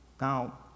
Now